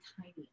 tiny